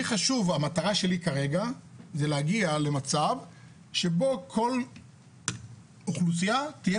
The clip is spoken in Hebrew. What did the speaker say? המטרה שלי כרגע זה להגיע למצב שבו כל אוכלוסייה תהיה